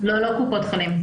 לא קופות חולים.